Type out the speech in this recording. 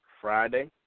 Friday